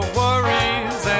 worries